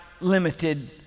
limited